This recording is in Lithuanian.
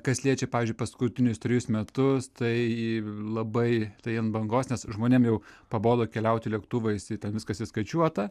kas liečia pavyzdžiui paskutinius trejus metus tai labai tai ant bangos nes žmonėm jau pabodo keliauti lėktuvais ir ten viskas įskaičiuota